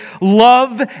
love